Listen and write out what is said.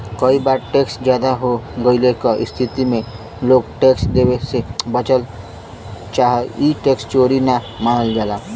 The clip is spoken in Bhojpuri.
कई बार टैक्स जादा हो गइले क स्थिति में लोग टैक्स देवे से बचल चाहन ई टैक्स चोरी न मानल जाला